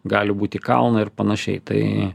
gali būt į kalną ir panašiai tai